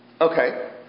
Okay